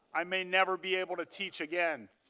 i may never be able to teach again.